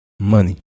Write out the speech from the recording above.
money